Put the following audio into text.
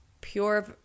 pure